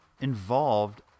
involved